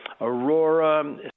Aurora